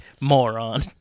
moron